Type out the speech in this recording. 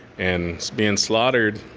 and being slaughtered,